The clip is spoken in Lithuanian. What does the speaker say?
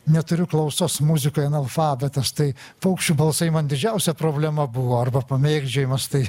neturiu klausos muzikai analfabetas tai paukščių balsai man didžiausia problema buvo arba pamėgdžiojimas tai